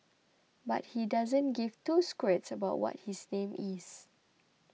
but he doesn't give two squirts about what his name is